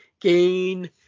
gain